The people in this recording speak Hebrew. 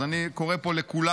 אז אני קורא פה לכולנו,